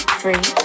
three